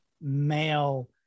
male